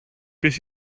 beth